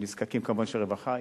שנזקקים לרווחה כמובן,